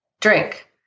drink